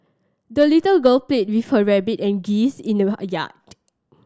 the little girl played with her rabbit and geese in the yard